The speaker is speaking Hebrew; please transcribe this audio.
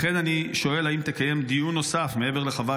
לכן אני שואל אם תקיים דיון נוסף מעבר לחוות